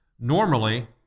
Normally